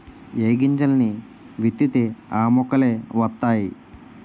ఏ గింజల్ని విత్తితే ఆ మొక్కలే వతైయి